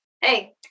hey